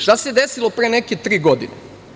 Šta se desilo pre neke tri godine?